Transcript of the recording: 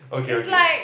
okay okay